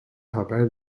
haber